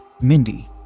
Mindy